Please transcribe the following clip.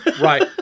Right